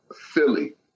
Philly